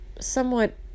somewhat